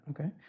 Okay